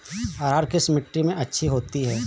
अरहर किस मिट्टी में अच्छी होती है?